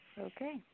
Okay